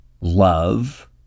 love